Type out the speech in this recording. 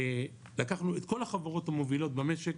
לקחנו את כל החברות המובילות במשק,